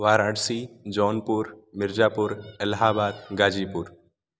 Varanasi Jaunpur Mirzapur Allahabad Ghazipur